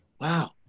wow